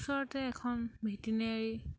ওচৰতে এখন ভেটিনেৰি